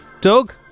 Doug